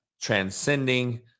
transcending